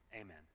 Amen